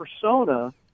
persona